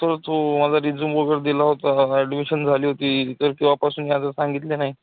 sir तो माझा resume वगैरे दिला होता ॲडमिशन झाली होती तर केव्हापासून याचं सांगितले नाही